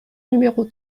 numéro